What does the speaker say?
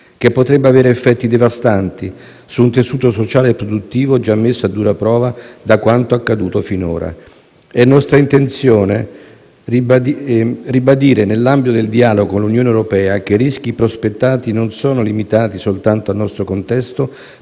che potrebbe avere effetti devastanti su un tessuto sociale e produttivo già messo a dura prova da quanto accaduto finora. È nostra intenzione ribadire, nell'ambito del dialogo con l'Unione europea, che i rischi prospettati non sono limitati soltanto al nostro contesto,